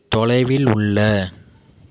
தொலைவில் உள்ள